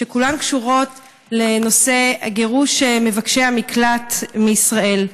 שכולן קשורות לנושא גירוש מבקשי המקלט מישראל.